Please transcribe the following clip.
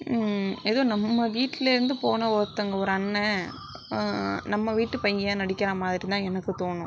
எதோ நம்ம வீட்டில் இருந்து போன ஒருத்தங்க ஒரு அண்ணன் நம்ம வீட்டுப் பையன் நடிக்கிற மாதிரி தான் எனக்கு தோணும்